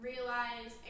Realize